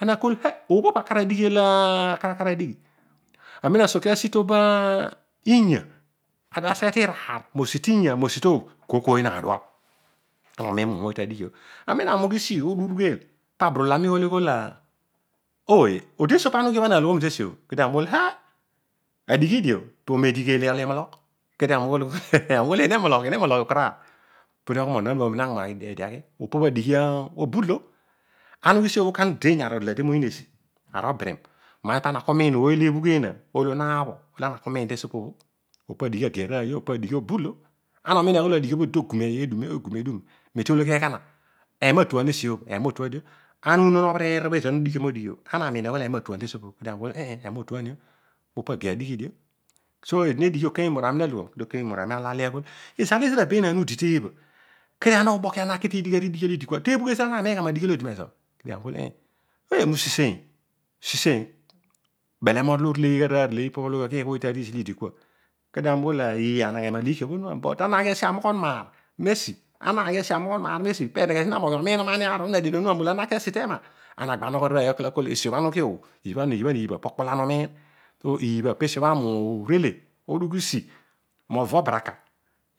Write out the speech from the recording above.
Ana kol hen obho pa adighi olo akra adighi amen asokia asi to ba annya aseghe tiraar mosi tinya mosi toogh kooy kooy naadua ana miin umu mooy tadighio. Amem ami ughi usi urugheel pa abrubolol ami ighol oiy odi esi opo bha ana ughio ana aloghon esio kedio ami ughol eli adighi dio poomedi igheel regh irol imologh. kedio ami nghol eena emologh ekaraar pedi ighol onon aduna uminagha maghi opodikwa adighi obouolo. Ana ughi usi o kana udey ni arol dele de moyiin esi arol birim, marario ana kumiin oiy lo ebhugh eena olo naabho lo ana ku miin tesiopo. Opo adighi ageiy arooyio opo adighi obo ulo ana omiinio aghol adighiobho odi tegum edum meti ologhi eghana amiin aghol em atuan teebha kaami ughol eh eh ema otuanio peedighol opo ageiy adighi dio so eedi nedighi okenya umor ami na loghom kedio okenya umor ami arol ale aghol izalezira benaau udi teebha kedio ana ubokia na ki tidigh ara dighi lidi kua teebhugh ezira ana miin gha ma dighi olo odikua siseiy bele morol oreleyogh ara arele ipa bho oghiiy tatiisi lidikua kedio ami ughol eeh ana ki amoghon maar aneghe moghi omiin na amem ana aghi moghi asi tema ana agba anogho roiy akol tesi obho ami ughi o iibha po okpo ami urele ughi usi mova obaraka